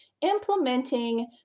implementing